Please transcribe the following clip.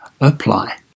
apply